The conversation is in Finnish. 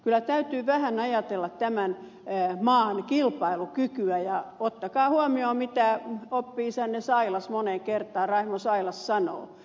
kyllä täytyy vähän ajatella tämän maan kilpailukykyä ja ottakaa huomioon mitä oppi isänne raimo sailas moneen kertaan on sanonut